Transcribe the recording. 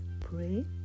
pray